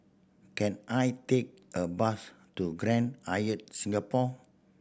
can I take a bus to Grand Hyatt Singapore